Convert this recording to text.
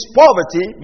poverty